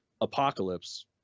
Apocalypse